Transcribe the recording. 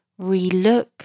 relook